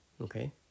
Okay